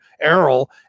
Errol